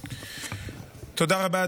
תודה רבה.